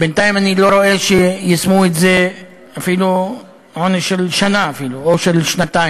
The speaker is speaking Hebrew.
בינתיים אני לא רואה שיישמו את זה בעונש של שנה או של שנתיים